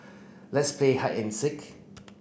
let's play hide and seek